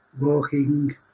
walking